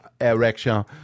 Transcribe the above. Erection